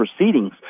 proceedings